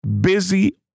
busy